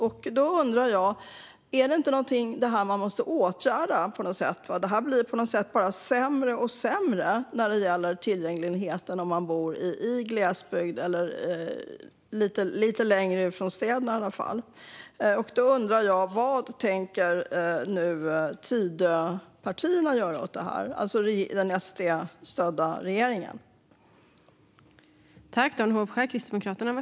Jag undrar om det här inte är någonting man måste åtgärda på något sätt. Tillgängligheten blir ju bara sämre och sämre om man bor i glesbygd eller lite längre ut från städerna. Vad tänker Tidöpartierna, alltså den SD-stödda regeringen, göra åt det här?